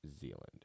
Zealand